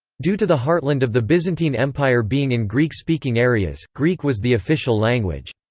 due to the heartland of the byzantine empire being in greek-speaking areas, greek was the official language.